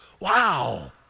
Wow